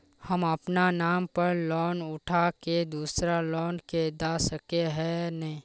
हम अपना नाम पर लोन उठा के दूसरा लोग के दा सके है ने